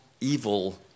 evil